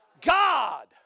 God